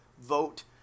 vote